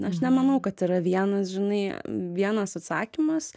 aš nemanau kad yra vienas žinai vienas atsakymas